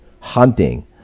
hunting